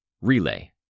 Relay